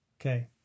Okay